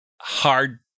hard